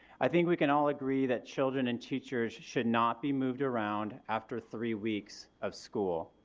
i think we can all agree that children and teachers should not be moved around after three weeks of school.